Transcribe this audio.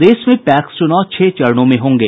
प्रदेश में पैक्स चुनाव छह चरणों में होंगे